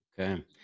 Okay